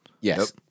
Yes